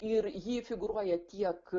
ir ji figūruoja tiek